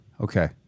Okay